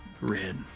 Red